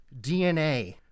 DNA